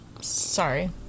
sorry